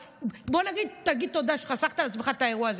בוא נגיד, תגיד תודה שחסכת לעצמך את האירוע הזה.